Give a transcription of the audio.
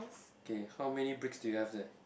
okay how many bricks do you have there